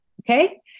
Okay